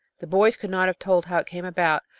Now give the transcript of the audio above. the boys could not have told how it came about,